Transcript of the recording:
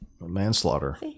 manslaughter